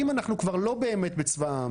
אם אנחנו באמת כבר לא בצבא העם,